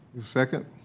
Second